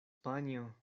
panjo